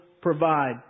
provide